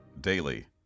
Daily